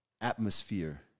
atmosphere